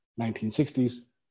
1960s